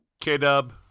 K-Dub